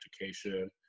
education